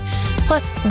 Plus